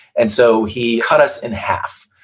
and so he cut us in half.